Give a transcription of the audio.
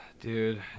Dude